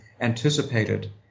anticipated